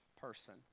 person